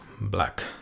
black